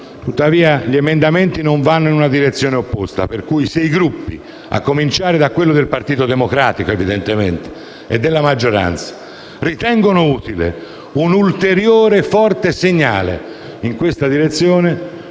Tuttavia, gli emendamenti non vanno in una direzione opposta, per cui, se i Gruppi (a cominciare, evidentemente, dal Partito Democratico e dagli altri Gruppi di maggioranza) ritengono utile un ulteriore forte segnale in questa direzione,